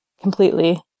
completely